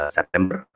September